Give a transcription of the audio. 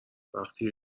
وقتی